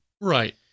Right